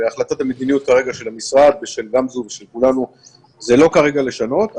והחלטת המדיניות כרגע של המשרד ושל גמזו ושל כולנו זה לא כרגע לשנות,